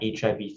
HIV